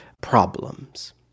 problems